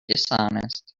dishonest